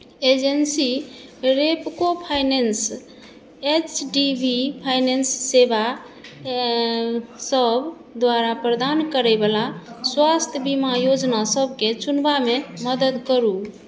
agency Repco finance H D B finance सेवा सभ द्वारा प्रदान करयवला स्वास्थ्य बीमा योजना सभकेँ चुनबामे मदद करू